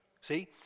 See